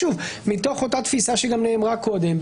שוב, מתוך אותה תפיסה שגם נאמרה קודם.